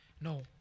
No